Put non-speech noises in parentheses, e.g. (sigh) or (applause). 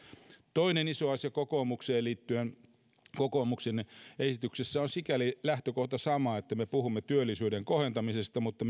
toinen iso asia kokoomukseen liittyen kokoomuksen esityksessä on sikäli lähtökohta sama että me puhumme työllisyyden kohentamisesta mutta (unintelligible)